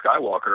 Skywalker